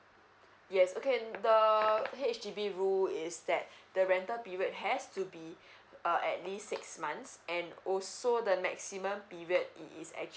yes okay the H_D_B rule is that the rental period has to be uh at least six months and also the maximum period it is actually